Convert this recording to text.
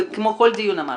כמו שבכל דיון אמרתי,